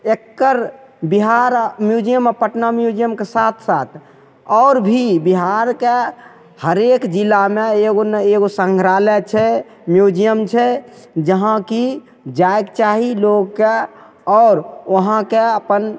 एकर Bihar museum आ पटना म्युजियमके साथ साथ आओर भी बिहारके हरेक जिलामे एगो ने एगो संग्रहालय छै म्युजियम छै जहाँ की जाइक चाही लोगके आओर ओहाँके अपन